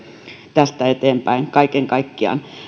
tästä eteen päin kaiken kaikkiaan